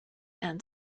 and